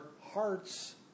hearts